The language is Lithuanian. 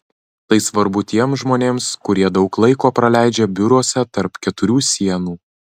tai svarbu tiems žmonėms kurie daug laiko praleidžia biuruose tarp keturių sienų